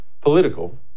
political